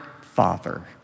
Father